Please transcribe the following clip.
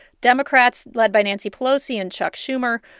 democrats, led by nancy pelosi and chuck schumer,